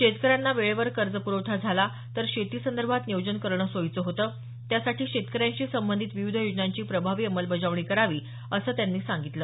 शेतकऱ्यांना वेळेवर कर्जप्रवठा झाला तर शेती संदर्भात नियोजन करणं सोयीचे होतं त्यासाठी शेतकऱ्यांशी संबंधित विविध योजनांची प्रभावी अंमलबजावणी करावी असं त्यांनी सागितलं